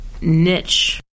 niche